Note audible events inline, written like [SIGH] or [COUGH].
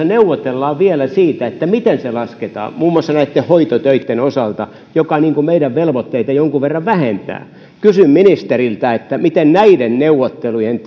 [UNINTELLIGIBLE] neuvotellaan vielä siitä miten se lasketaan muun muassa näitten hoitotöitten osalta mikä meidän velvoitteita jonkun verran vähentää kysyn ministeriltä mikä näiden neuvottelujen [UNINTELLIGIBLE]